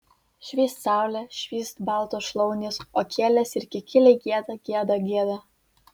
švyst saulė švyst baltos šlaunys o kielės ir kikiliai gieda gieda gieda